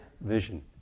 vision